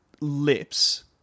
lips